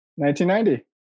1990